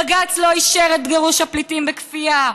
בג"ץ לא אישר את גירוש הפליטים בכפייה.